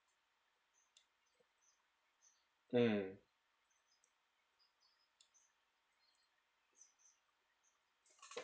mm